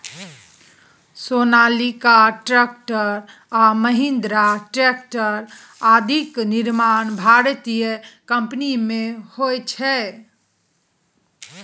Sonalika tractor आ Mahindra tractor आदिक निर्माण भारतीय कम्पनीमे होइत छै